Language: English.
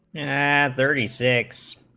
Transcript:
and thirty six